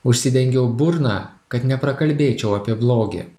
užsidengiau burną kad neprakalbėčiau apie blogį